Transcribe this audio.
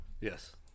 Yes